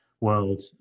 world